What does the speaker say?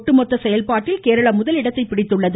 ஒட்டுமொத்த செயல்பாட்டில் கேரளம் முதலிடத்தை பிடித்துள்ளது